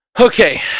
okay